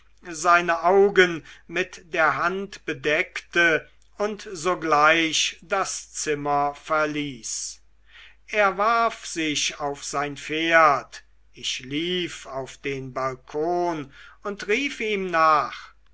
seine augen mit der hand bedeckte und sogleich das zimmer verließ er warf sich auf sein pferd ich lief auf den balkon und rief ihm nach